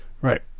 Right